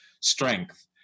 strength